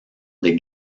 des